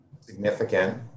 significant